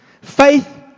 Faith